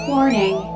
Warning